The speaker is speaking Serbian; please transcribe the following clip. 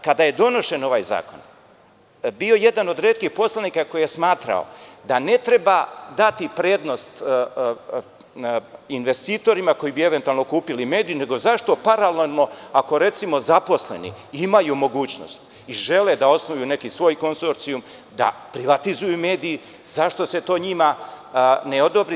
Kada je donošen ovaj Zakon, ja sam bio jedan od retkih poslanika koji je smatrao da ne treba dati prednost investitorima koji bi, eventualno kupili medij, nego zašto paralelno, ako recimo zaposleni imaju mogućnost i žele da osnuju neki svoj konzorcijum da privatizuju medij, zašto se to njima ne odobri?